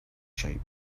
shape